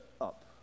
up